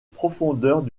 profondeurs